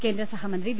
കേന്ദ്ര സഹമന്ത്രി വി